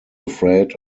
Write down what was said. afraid